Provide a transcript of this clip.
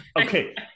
Okay